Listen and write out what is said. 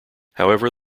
however